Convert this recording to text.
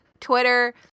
Twitter